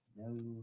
no